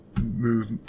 move